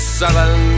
seven